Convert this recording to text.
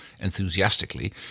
enthusiastically